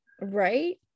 right